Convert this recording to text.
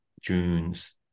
June's